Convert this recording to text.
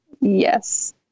yes